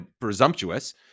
presumptuous